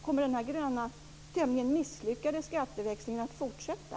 Kommer denna tämligen misslyckade gröna skatteväxlingen att fortsätta?